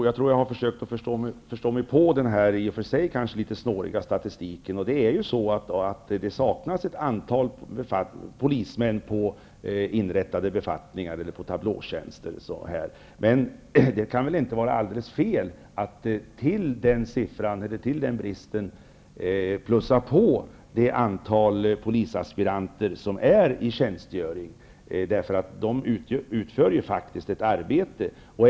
Fru talman! Jag har försökt förstå mig på denna litet snåriga statistik. Det saknas ett antal polismän på inrättade befattningar eller på tablåtjänster. Men det kan väl inte vara alldeles fel att lägga till det antal polisaspiranter som tjänstgör. De utför faktiskt ett arbete.